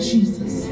Jesus